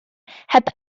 heb